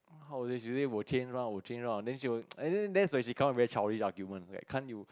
how to say she say I will change one I will change one that's when she come up very childish argument like can't you